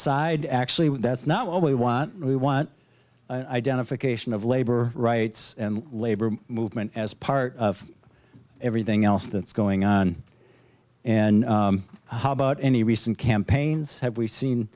side actually that's not what we want we want i den a fixation of labor rights and labor movement as part of everything else that's going on and how about any recent campaigns have we seen